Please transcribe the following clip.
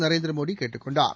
நரேந்திரமோடி கேட்டுக் கொண்டார்